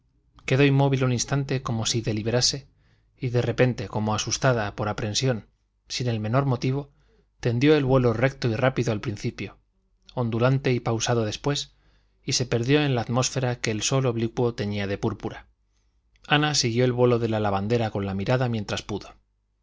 quedó inmóvil un instante como si deliberase y de repente como asustada por aprensión sin el menor motivo tendió el vuelo recto y rápido al principio ondulante y pausado después y se perdió en la atmósfera que el sol oblicuo teñía de púrpura ana siguió el vuelo de la lavandera con la mirada mientras pudo